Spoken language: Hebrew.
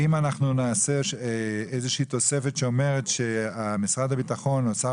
אם אנחנו נעשה איזושהי תוספת שאומרת שמשרד הביטחון או שר